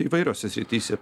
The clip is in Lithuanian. įvairiose srityse